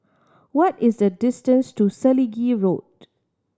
what is the distance to Selegie Road